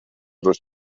durch